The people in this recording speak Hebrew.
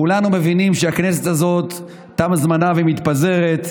כולנו מבינים שהכנסת הזאת, תם זמנה והיא מתפזרת.